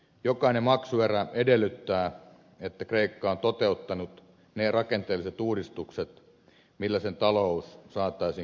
jokainen maksuerä edellyttää että kreikka on toteuttanut ne rakenteelliset uudistukset joilla sen talous saataisiin kestävälle pohjalle